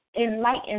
enlighten